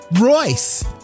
Royce